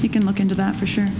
you can look into that for sure